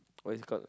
what is it called